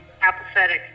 apathetic